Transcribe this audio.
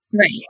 Right